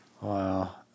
Wow